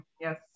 Yes